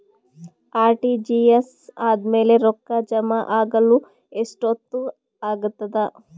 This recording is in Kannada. ಆರ್.ಟಿ.ಜಿ.ಎಸ್ ಆದ್ಮೇಲೆ ರೊಕ್ಕ ಜಮಾ ಆಗಲು ಎಷ್ಟೊತ್ ಆಗತದ?